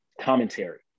commentary